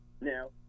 Now